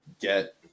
get